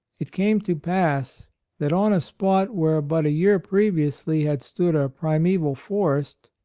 it came to pass that on a spot where but a year previously had stood a primeval forest,